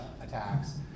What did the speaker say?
attacks